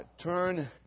turn